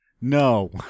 No